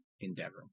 endeavor